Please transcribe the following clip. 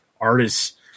artists